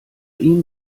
ihm